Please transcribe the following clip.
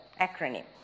acronym